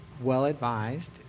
well-advised